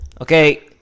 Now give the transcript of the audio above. Okay